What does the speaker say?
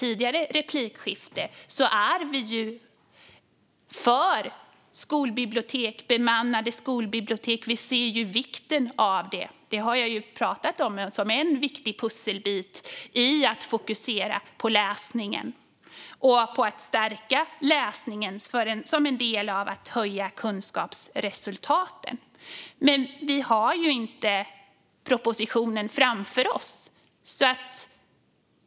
Det har jag sagt till ledamoten Hirvonen i ett tidigare replikskifte. Vi ser vikten av det. Det har jag pratat om som en viktig pusselbit när det gäller att fokusera på läsningen och på att stärka läsningen som en del i att höja kunskapsresultaten. Men vi har inte propositionen framför oss.